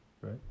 right